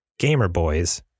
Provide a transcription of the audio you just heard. GamerBoys